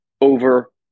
over